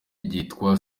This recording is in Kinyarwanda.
ryitwa